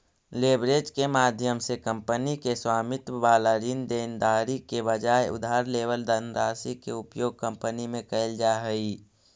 leverage के माध्यम से कंपनी के स्वामित्व वाला ऋण देनदारी के बजाय उधार लेवल धनराशि के उपयोग कंपनी में कैल जा हई